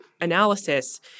analysis